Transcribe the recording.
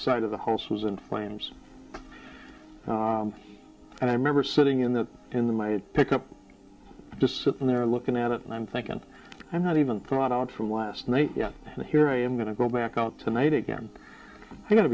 side of the house was in flames and i remember sitting in the in the my pickup just sitting there looking at it and i'm thinking i'm not even caught out from last night yet and here i am going to go back out tonight again i'm go